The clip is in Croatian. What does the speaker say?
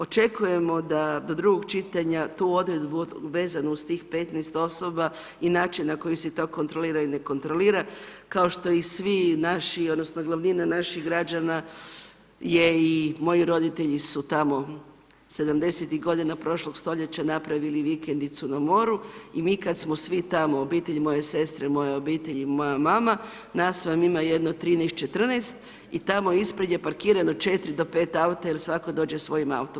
Očekujemo da do drugog čitanja tu odredbu vezanu uz tih 15 osoba i način na koji se to kontrolira i ne kontrolira, kao što i svi naši odnosno glavnina naših građana je i moji roditelji su tamo 70-ih godina prošlog stoljeća napravili vikendicu na moru i mi kad smo svi tamo obitelj i moja sestra i moja obitelj i moja mama, nas vam ima jedno 13-14 i tamo ispred je parkirano 4-5 auta jer svatko dođe svojim autom.